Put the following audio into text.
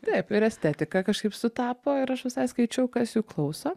taip ir estetika kažkaip sutapo ir aš visai skaičiau kas jų klauso